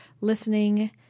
listening